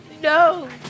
no